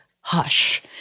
hush